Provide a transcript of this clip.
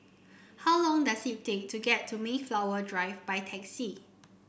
how long does it take to get to Mayflower Drive by taxi